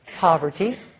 poverty